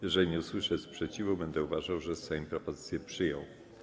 Jeżeli nie usłyszę sprzeciwu, będę uważał, że Sejm propozycję przyjął.